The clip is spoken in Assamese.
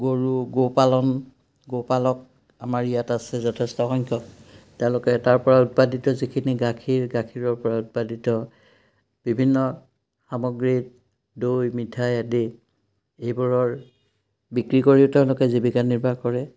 গৰু গো পালন গোপালক আমাৰ ইয়াত আছে যথেষ্ট সংখ্যক তেওঁলোকে তাৰপৰা উৎপাদিত যিখিনি গাখীৰ গাখীৰৰপৰা উৎপাদিত বিভিন্ন সামগ্ৰী দৈ মিঠাই আদি এইবোৰৰ বিক্ৰী কৰিও তেওঁলোকে জীৱিকা নিৰ্বাহ কৰে